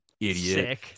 idiot